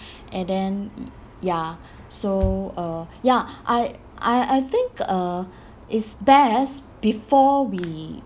and then ya so uh ya I I I think uh it's best before we